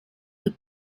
the